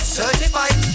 certified